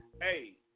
hey